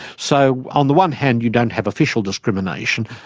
so on the one hand you don't have official discrimination,